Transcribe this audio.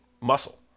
muscle